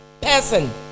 person